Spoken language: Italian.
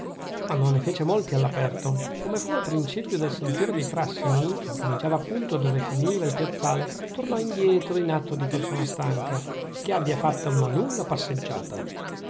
ma non ne fece molti all'aperto come fu al principio del sentiero dei frassini che incominciava appunto dove finiva il piazzale tornò indietro in atto di persona stanca che abbia fatta una lunga passeggiata